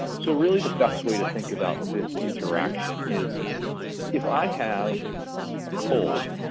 so really the best way to think about this interaction is if i have a cold,